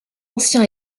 ancien